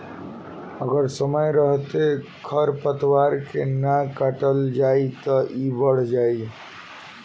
अगर समय रहते खर पातवार के ना काटल जाइ त इ बढ़ जाइ